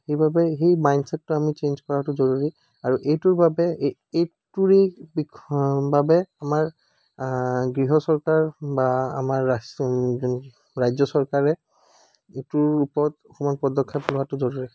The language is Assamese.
সেইবাবে সেই মাইণ্ডছেটটো আমি সলনি কৰটো জৰুৰী আৰু এইটোৰ বাবে এই এইটোৰে বিষয় এইটোৰে গৃহ চৰকাৰ বা আমাৰ ৰাষ্ট্ৰ ৰজ্য চৰকাৰে এইটোৰ ওপৰত অকণমান পদক্ষেপ লোৱাটো জৰুৰী